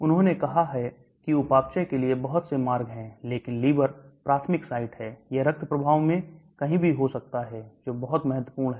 उन्होंने कहा है कि उपापचय के लिए बहुत से मार्ग हैं लेकिन लीवर प्राथमिक साइट है यह रक्त प्रभाव में कहीं भी हो सकता है जो बहुत महत्वपूर्ण है